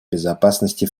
безопасности